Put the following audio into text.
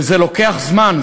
וזה לוקח זמן.